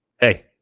Hey